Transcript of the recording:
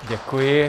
Děkuji.